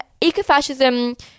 ecofascism